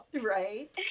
Right